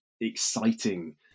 exciting